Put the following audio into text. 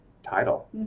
title